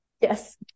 yes